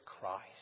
Christ